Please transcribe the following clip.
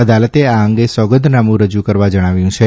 અદાલતે આ અંગે સોગંદનામું રજૂ કરવા જણાવ્યું છે